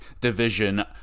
Division